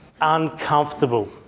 uncomfortable